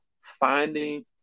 finding